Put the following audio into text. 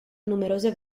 numerose